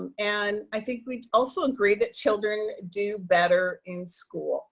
um and i think we also agree that children do better in school